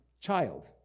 child